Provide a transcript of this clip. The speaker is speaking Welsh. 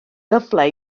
gyfle